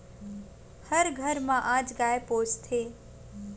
हर घर म आज गाय पोसथे